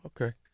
Okay